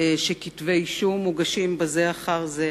שכתבי אישום מוגשים בזה אחר זה,